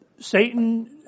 Satan